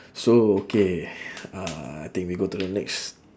so okay uh I think we go to the next